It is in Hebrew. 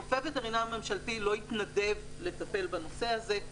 רופא וטרינר ממשלתי לא יתנדב לטפל בנושא הזה,